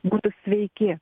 būtų sveiki